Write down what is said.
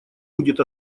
будет